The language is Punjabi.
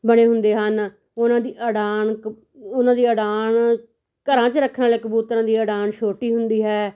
ਬਣੇ ਹੁੰਦੇ ਹਨ ਉਹਨਾਂ ਦੀ ਉਡਾਨ ਕ ਉਹਨਾਂ ਦੀ ਉਡਾਨ ਘਰਾਂ 'ਚ ਰੱਖਣ ਵਾਲੇ ਕਬੂਤਰਾਂ ਦੀ ਉਡਾਨ ਛੋਟੀ ਹੁੰਦੀ ਹੈ